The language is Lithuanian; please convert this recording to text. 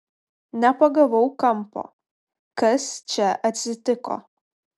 nepagavau kampo kas čia atsitiko